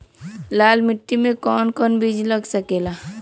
लाल मिट्टी में कौन कौन बीज लग सकेला?